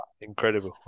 Incredible